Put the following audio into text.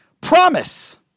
Promise